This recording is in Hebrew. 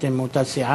אתם מאותה סיעה.